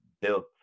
built